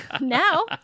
now